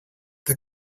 the